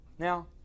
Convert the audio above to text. Now